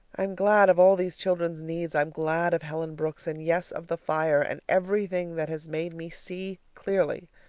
i'm glad of all these children's needs, i'm glad of helen brooks, and, yes, of the fire, and everything that has made me see clearly.